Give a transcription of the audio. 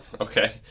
okay